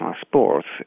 sports